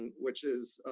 and which is